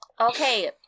Okay